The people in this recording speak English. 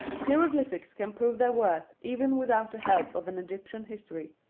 hieroglyphics can prove their worth, even without the help of an egyptian history.